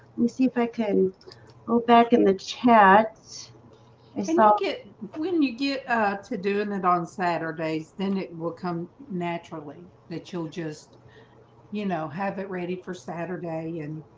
me see if i could go back in the chance it's and like okay. when you get to doing it on saturdays, then it will come naturally that you'll just you know have it ready for saturday and